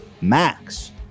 Max